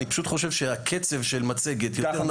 אני פשוט חושב שהקצב של מצגת יותר נכון.